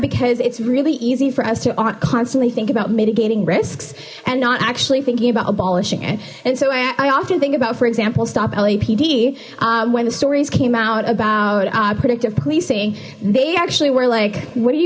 because it's really easy for us to constantly think about mitigating risks and not actually thinking about abolishing it and so i often think about for example stop lapd when the stories came out about predictive policing they actually were like what do you